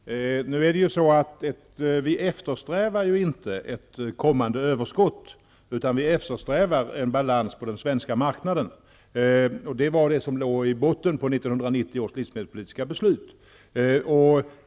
Herr talman! Det är ju inte så att vi eftersträvar ett överskott, utan vi eftersträvar en balans på den svenska marknaden. Det var vad som låg i botten på 1990 års livsmedelspolitiska beslut.